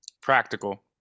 practical